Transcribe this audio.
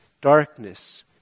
Darkness